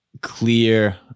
clear